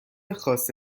خاص